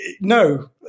No